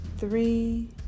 Three